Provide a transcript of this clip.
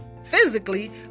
physically